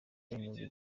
barinubira